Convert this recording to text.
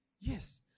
Yes